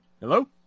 Hello